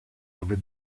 over